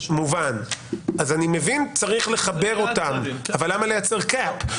אני מבין שצריך לחבר אותם אבל למה לייצר קאפ?